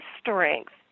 strength